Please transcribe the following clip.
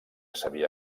sabia